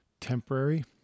temporary